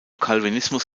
calvinismus